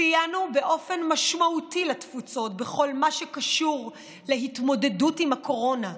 סייענו באופן משמעותי לתפוצות בכל מה שקשור להתמודדות עם הקורונה: